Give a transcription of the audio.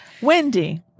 Wendy